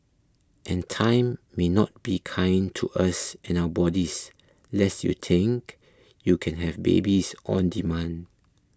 and time may not be kind to us and our bodies lest you think you can have babies on demand